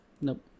Nope